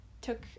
took